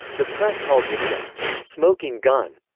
the press called this the smoking gun.